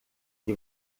que